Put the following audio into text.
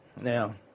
Now